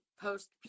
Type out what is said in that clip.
post